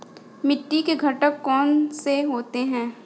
मिट्टी के घटक कौन से होते हैं?